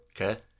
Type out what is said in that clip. okay